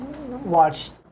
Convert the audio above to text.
watched